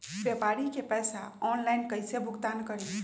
व्यापारी के पैसा ऑनलाइन कईसे भुगतान करी?